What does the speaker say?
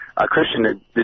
Christian